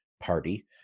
Party